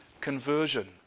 conversion